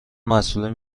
مسئولین